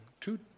two